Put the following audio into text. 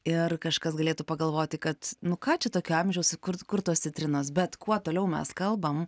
ir kažkas galėtų pagalvoti kad nu ką čia tokio amžiaus kur kur tos citrinos bet kuo toliau mes kalbam